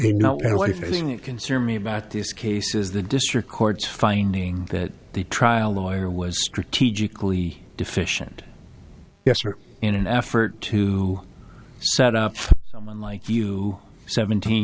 matter what if anything that concerns me about this case is the district court's finding that the trial lawyer was strategically deficient yes or in an effort to set up someone like you seventeen